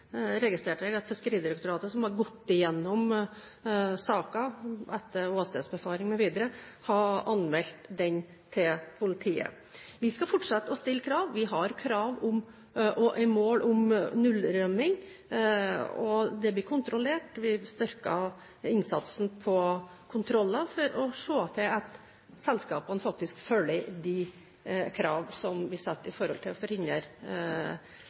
registrerte jeg at Fiskeridirektoratet, som har gått gjennom saken etter åstedsbefaring, har anmeldt den til politiet. Vi skal fortsette å stille krav. Vi har mål om nullrømning, og det blir kontrollert. Vi styrker innsatsen når det gjelder kontroller, for å se til at selskapene faktisk følger de krav vi stiller for å forhindre rømning. Det vil vi